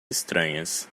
estranhas